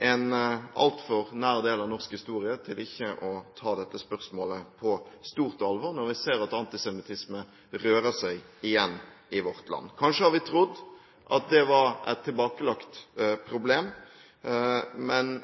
en altfor nær del av norsk historie til ikke å ta dette spørsmålet på stort alvor når vi ser at antisemittisme rører seg igjen i vårt land. Kanskje har vi trodd at det var et tilbakelagt problem, men